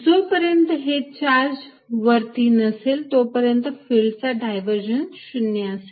जोपर्यंत हे चार्ज वरती नसेल तोपर्यंत फिल्डचा डायव्हर्जन्स 0 असेल